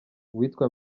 uwitwa